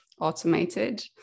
automated